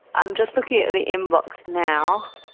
i'm just looking at the inbox now,